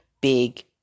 Big